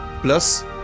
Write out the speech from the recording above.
plus